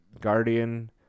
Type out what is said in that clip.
Guardian